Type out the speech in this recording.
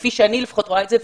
כפי שאני לפחות רואה את זה.